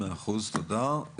מאה אחוז, תודה.